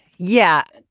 yeah,